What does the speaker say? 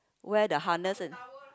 where the harness in